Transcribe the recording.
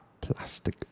plastic